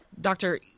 Doctor